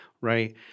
right